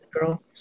girl